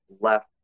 left